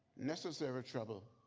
necessary trouble.